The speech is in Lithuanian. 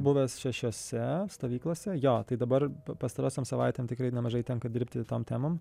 buvęs šešiose stovyklose jo tai dabar pastarosiom savaitėm tikrai nemažai tenka dirbti tom temom